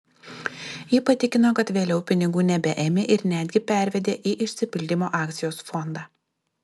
ji patikino kad vėliau pinigų nebeėmė ir netgi pervedė į išsipildymo akcijos fondą